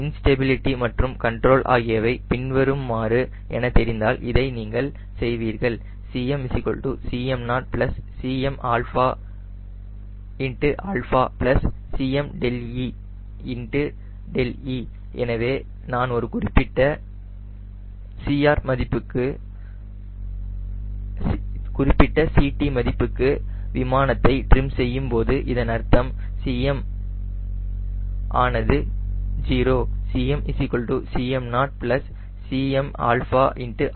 instability மற்றும் control ஆகியவை பின்வருமாறு என தெரிந்தால் இதை நீங்கள் செய்வீர்கள் Cm Cm0 Cm α Cme δe எனவே நான் ஒரு குறிப்பிட்ட CT மதிப்புக்கு விமானத்தை ட்ரிம் செய்யும் போது இதன் அர்த்தம் Cm ஆனது 0